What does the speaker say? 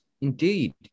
Indeed